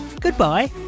goodbye